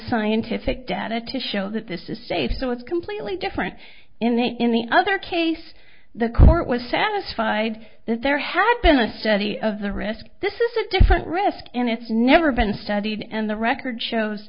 scientific data to show that this is safe so it's completely different in the in the other case the court was satisfied that there had been a study of the risk this is a different risk and it's never been studied and the record shows